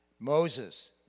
Moses